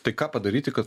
tai ką padaryti kad